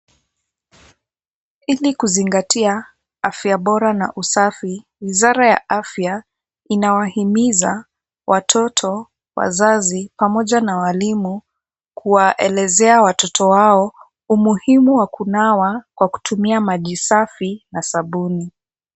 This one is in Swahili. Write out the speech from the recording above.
Ili kuzingatia afya bora na usafi wizara ya afya inawahimiza watoto, wazazi pamoja na walimu kuwaelezea watoto wao umuhimu wa kunawa kwa kutumia maji safi na sabuni.